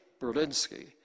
Berlinski